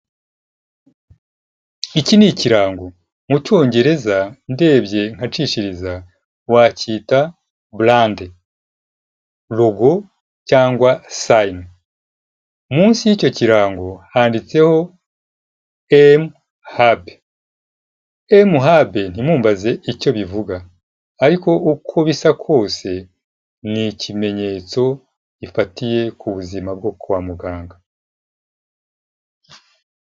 Iki ni ikirango, mu cyongereza ndebye nkacishiriza wacyita brand, logo, cyangwa sign, munsi y'icyo kirango handitseho mHub, mHub ntimumbaze icyo bivuga, ariko uko bisa kose ni ikimenyetso gifatiye ku buzima bwo kwa muganga.